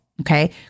okay